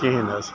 کِہیٖنۍ نَہ حظ